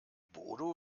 bodo